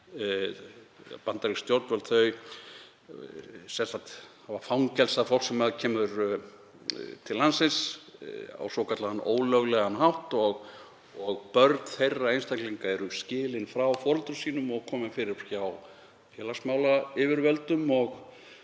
Bandarísk stjórnvöld hafa fangelsað fólk sem kemur til landsins á svokallaðan ólöglegan hátt og börn þeirra einstaklinga eru skilin frá foreldrum sínum og komið fyrir hjá félagsmálayfirvöldum.